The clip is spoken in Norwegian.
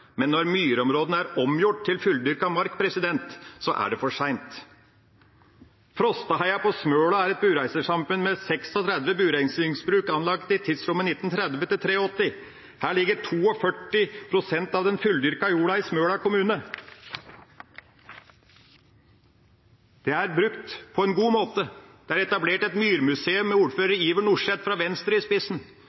men når myrområdene er omgjort til fulldyrket mark, er det for sent. Frostadheia på Smøla er et bureisersamfunn med 36 bureisingsbruk anlagt i tidsrommet 1930–1983. Her ligger 42 pst. av den fulldyrkede jorda i Smøla kommune. Det er brukt på en god måte. Det ble etablert et murmuseum i 1995, med daværende ordfører Iver Nordseth fra Venstre i spissen.